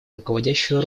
руководящую